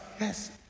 Yes